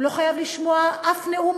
הוא לא חייב לשמוע אף נאום,